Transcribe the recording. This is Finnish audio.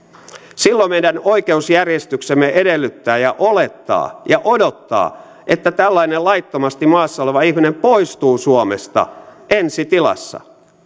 silloin meidän oikeusjärjestyksemme edellyttää ja olettaa ja odottaa että tällainen laittomasti maassa oleva ihminen poistuu suomesta ensi tilassa